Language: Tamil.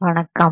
வணக்கம்